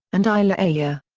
and ile ah aiye. ah